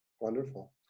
Wonderful